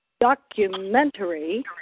documentary